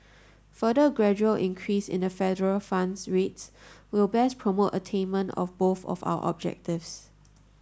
further gradual increase in the federal funds rate will best promote attainment of both of our objectives